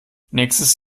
nächstes